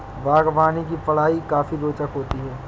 बागवानी की पढ़ाई काफी रोचक होती है